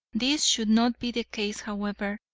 this should not be the case however,